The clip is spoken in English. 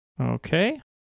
Okay